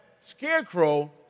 Scarecrow